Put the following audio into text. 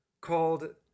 called